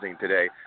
today